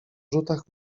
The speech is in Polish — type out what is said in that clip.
rzutach